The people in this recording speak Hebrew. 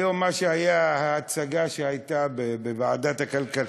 היום מה שהיה, ההצגה שהייתה בוועדת הכלכלה,